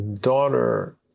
daughter